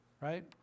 right